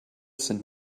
sind